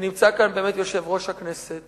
ונמצא כאן יושב-ראש הכנסת